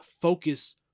focus